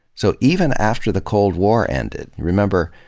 so even after the cold war ended, remember,